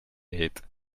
eet